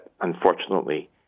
unfortunately